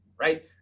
right